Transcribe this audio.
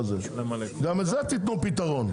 גם לזה תנו פתרון.